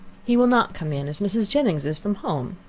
he will not come in, as mrs. jennings is from home.